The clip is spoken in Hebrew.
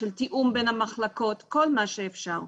של תיאום בין המחלקות וכל מה שאפשר.